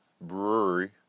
Brewery